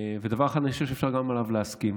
ואני חושב שאפשר להסכים